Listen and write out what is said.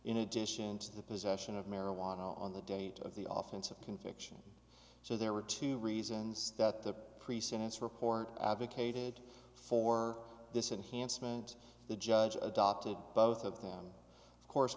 in addition to the possession of marijuana on the date of the office of conviction so there were two reasons that the pre sentence report advocated for this enhanced moment the judge adopted both of them of course